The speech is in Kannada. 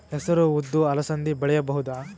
ಹೆಸರು ಉದ್ದು ಅಲಸಂದೆ ಬೆಳೆಯಬಹುದಾ?